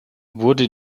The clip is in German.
wurde